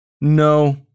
no